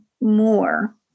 more